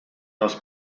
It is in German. das